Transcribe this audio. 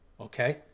okay